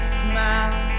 smile